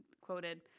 quoted